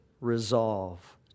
resolve